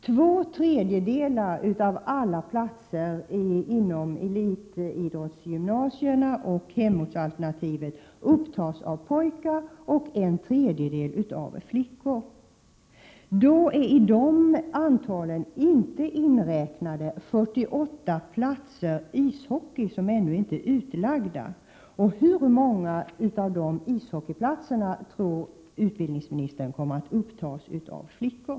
Två tredjedelar av alla platser inom elitidrottsgymnasierna och hemortsalternativet upptas av pojkar och en tredjedel av flickor. I dessa siffror är inte 48 ishockeyplatser inräknade, eftersom de ännu inte är utlagda. Hur många av dessa ishockeyplatser tror utbildningsministern kommer att innehas av flickor?